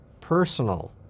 Personal